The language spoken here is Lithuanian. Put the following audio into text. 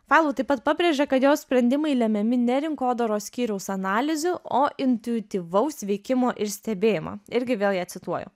failau taip pat pabrėžia kad jos sprendimai lemiami ne rinkodaros skyriaus analizių o intuityvaus veikimo ir stebėjimo irgi vėl ją cituoju